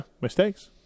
mistakes